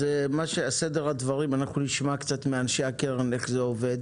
סדר הדברים: אנחנו נשמע קצת מאנשי הקרן איך זה עובד